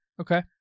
Okay